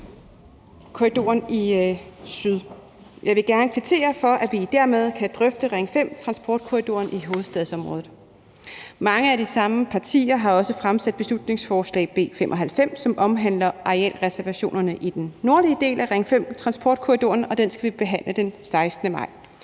Jeg vil gerne kvittere for, at vi dermed kan drøfte Ring 5-transportkorridoren i hovedstadsområdet. Mange af de samme partier har også fremsat beslutningsforslag B 95, som omhandler arealreservationerne i den nordlige del af Ring 5-transportkorridoren, og det skal vi behandle den 16. maj.